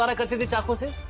and to the temple of the